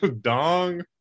Dong